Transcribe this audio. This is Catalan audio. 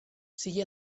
sigui